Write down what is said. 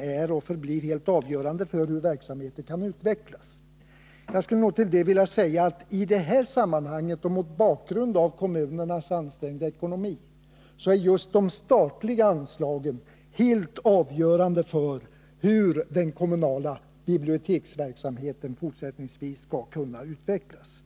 är och förblir helt avgörande för hur verksamheten kan utvecklas.” Till det skulle jag vilja säga att mot bakgrund av kommunernas ansträngda ekonomi är just de statliga anslagen helt avgörande för hur den kommunala biblioteksverksamheten fortsättningsvis skall kunna utvecklas.